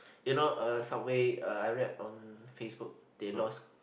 you know uh Subway uh I read on Subway they lost